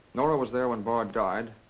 nora was there when bard died.